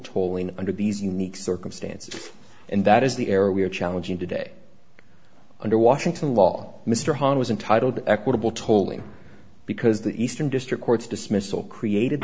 tolling under these unique circumstances and that is the area we are challenging today under washington law mr hahn was entitled equitable tolling because the eastern district courts dismissal created